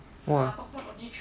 !wah!